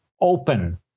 Open